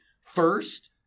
first